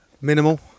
minimal